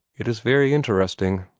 it is very interesting,